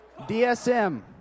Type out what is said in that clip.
DSM